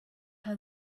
are